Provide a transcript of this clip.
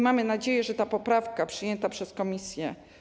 Mamy nadzieję, że ta poprawka zostanie przyjęta przez komisję.